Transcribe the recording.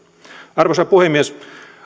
arvoisa puhemies